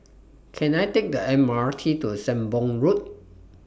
Can I Take The M R T to Sembong Road